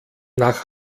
nach